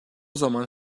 zaman